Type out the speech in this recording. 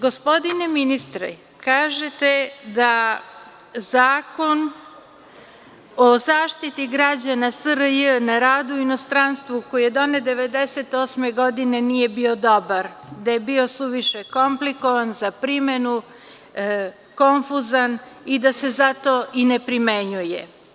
Gospodine ministre, kažete da Zakon o zaštiti građana SRJ na radu u inostranstvu koji je donet 1998. godine nije bio dobar, da je bio suviše komplikovan za primenu, konfuzan i da se zato i ne primenjuje.